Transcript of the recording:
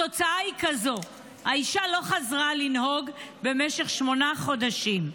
התוצאה היא כזו: האישה לא חזרה לנהוג במשך שמונה חודשים.